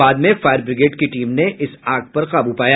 बाद में fire brigade की टीम ने आग पर काब् पाया